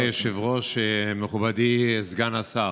אדוני היושב-ראש, מכובדי סגן השר,